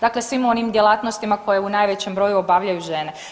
Dakle, svim onim djelatnostima koje u najvećem broju obavljaju žene.